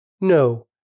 No